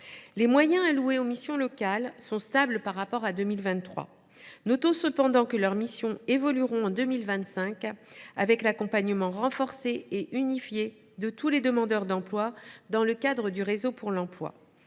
Les moyens alloués aux missions locales sont stables par rapport à 2023. Notons cependant que leur rôle évoluera en 2025 en raison de l’accompagnement renforcé et unifié de tous les demandeurs d’emploi dans le cadre du réseau pour l’emploi.